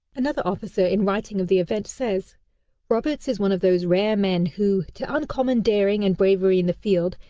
another officer in writing of the event says roberts is one of those rare men who, to uncommon daring and bravery in the field,